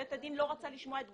בית הדין לא רצה לשמוע את תגובתנו,